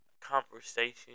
conversation